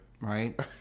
right